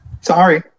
Sorry